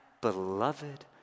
beloved